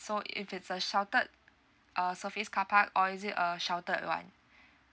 so if it's a sheltered uh surface carpark or is it a sheltered one